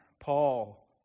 Paul